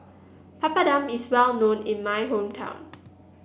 Papadum is well known in my hometown